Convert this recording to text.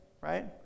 right